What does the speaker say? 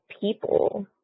people